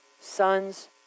sons